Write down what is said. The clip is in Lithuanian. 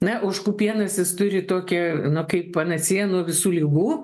na ožkų pienas jis turi tokį na kaip panacėją nuo visų ligų